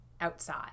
outside